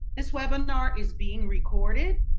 this webinar, is being recorded,